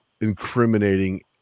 incriminating